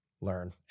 learn